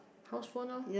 house phone loh